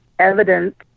evidence